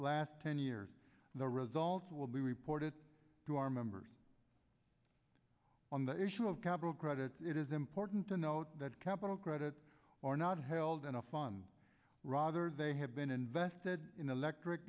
last ten years and the results will be reported to our members on the issue of capital credit it is important to note that capital credit are not held in a fun rather they have been invested in electric